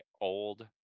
Old